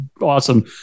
awesome